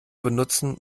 benutzen